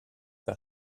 par